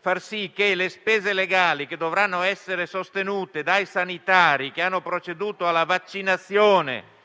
far sì che le spese legali che dovranno essere sostenute dai sanitari che hanno proceduto alla vaccinazione,